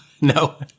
no